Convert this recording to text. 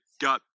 got